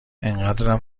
انقدرام